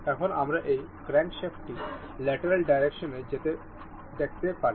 এখন আমরা এই ক্র্যাংকশ্যাফটটি ল্যাটেরাল ডাইরেক্শনে যেতে দেখতে পারি